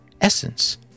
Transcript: essence